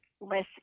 less